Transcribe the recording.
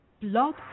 Blog